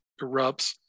erupts